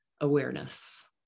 awareness